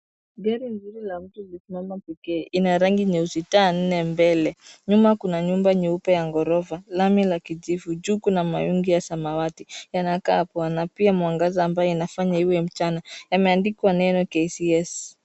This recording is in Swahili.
Gari nzuri la mtu limesimama pekee. Ina rangi nyeusi, taa nne mbele. Nyuma kuna nyumba nyeupe ya gorofa, lami la kijivu. Juu kuna mawingu ya samawati, yanakaa poa na pia mwangaza ambayo inafanya iwe mchana. Yameandikwa neno...